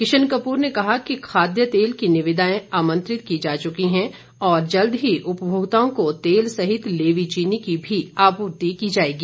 किशन कपूर ने कहा कि खाद्य तेल की निविदाएं आमंत्रित की जा चुकी हैं और जल्द ही उपभोक्ताओं को तेल सहित लेवी चीनी की भी आपूर्ति की जाएगी